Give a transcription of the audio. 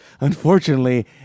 Unfortunately